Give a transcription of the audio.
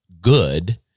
good